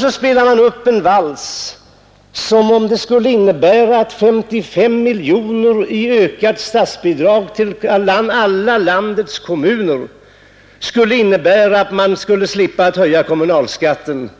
Så spelar man upp en vals, som om 55 miljoner kronor i ökat statsbidrag bland alla landets kommuner skulle innebära att kommunalskatten inte skulle behöva höjas.